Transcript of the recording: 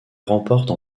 remporte